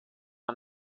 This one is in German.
war